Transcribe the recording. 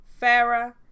Farah